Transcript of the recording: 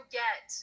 get